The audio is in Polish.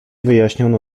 wyjaśniono